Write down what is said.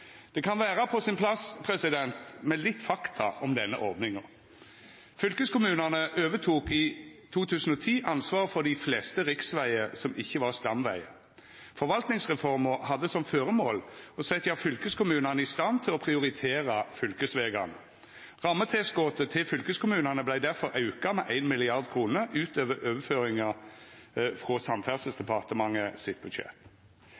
Det kan vera på sin plass med litt fakta om denne ordninga. Fylkeskommunen overtok i 2010 ansvaret for dei fleste riksvegar som ikkje var stamvegar. Forvaltningsreforma hadde som føremål å setja fylkeskommunane i stand til å prioritera fylkesvegane. Rammetilskotet til fylkeskommunane vart derfor auka med 1 mrd. kr utover overføringa frå Samferdselsdepartementet sitt budsjett.